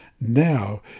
Now